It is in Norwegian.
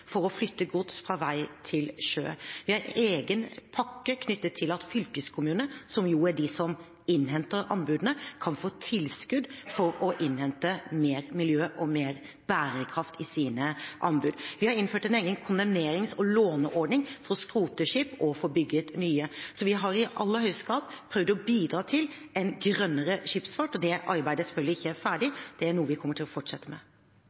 for å flytte gods fra vei til sjø, vi har en egen pakke knyttet til at fylkeskommunene, som jo er de som innhenter anbudene, kan få tilskudd for å innhente mer miljø og mer bærekraft i sine anbud, og vi har innført en egen kondemnerings- og låneordning for å skrote skip og få bygd nye. Så vi har i aller høyeste grad prøvd å bidra til en grønnere skipsfart. Men det arbeidet er selvfølgelig ikke ferdig, det er noe vi kommer til å fortsette med.